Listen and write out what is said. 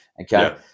okay